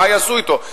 מה יעשו אתו?